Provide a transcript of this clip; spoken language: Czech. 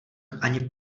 ani